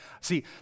see